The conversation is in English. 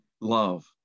love